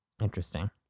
interesting